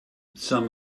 some